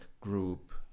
group